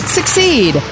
Succeed